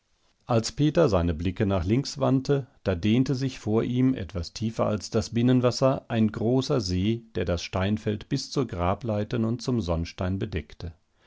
als peter seine blicke nach links wandte da dehnte sich vor ihm etwas tiefer als das binnenwasser ein großer see der das steinfeld bis zur grableiten und zum sonnstein bedeckte